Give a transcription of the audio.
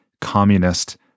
communist